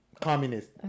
communist